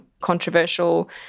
controversial